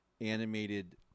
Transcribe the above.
animated